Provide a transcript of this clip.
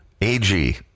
Ag